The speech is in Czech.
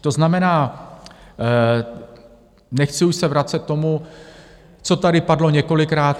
To znamená, nechci už se vracet k tomu, co tady padlo několikrát.